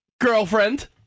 girlfriend